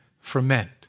Ferment